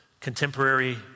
contemporary